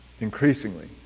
Increasingly